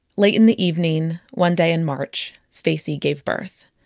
late in the evening, one day in march, stacie gave birth.